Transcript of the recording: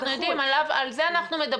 כן, אנחנו יודעים, על זה אנחנו מדברים.